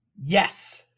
Yes